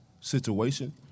situation